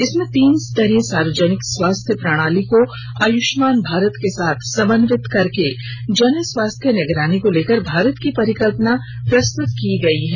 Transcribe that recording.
इसमें तीन स्तरीय सार्वजनिक स्वास्थ्य प्रणाली को आयुष्मान भारत के साथ समन्वित करके जन स्वास्थ्य निगरानी को लेकर भारत की परिकल्पना को प्रस्तुत की गयी है